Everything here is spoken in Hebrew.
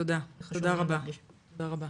תודה רבה.